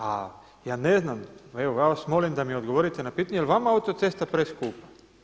A ja ne znam, evo vas molim da mi odgovorite na pitanje je li vama autocesta preskupa?